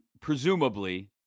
presumably